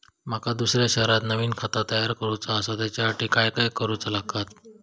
माका दुसऱ्या शहरात नवीन खाता तयार करूचा असा त्याच्यासाठी काय काय करू चा लागात?